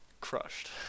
crushed